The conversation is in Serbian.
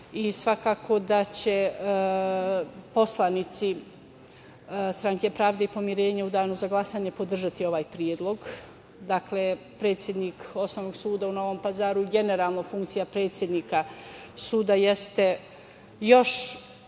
Svakako da će poslanici Stranke pravde i pomirenja u danu za glasanje podržati ovaj predlog. Predsednik Osnovnog suda u Novom Pazaru, generalno funkcija predsednika suda jeste još